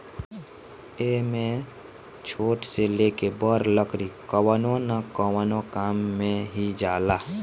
एमे छोट से लेके बड़ लकड़ी कवनो न कवनो काम मे ही जाला